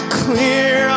clear